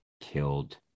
killed